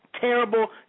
terrible